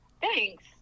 Thanks